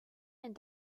and